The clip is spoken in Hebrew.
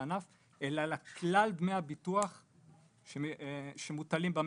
לענף אלא לכלל דמי הביטוח שמוטלים במשק,